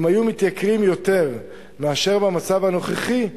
הם היו מתייקרים יותר מאשר במצב הנוכחי,